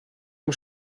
dem